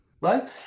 right